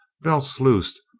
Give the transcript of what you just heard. belts loosed,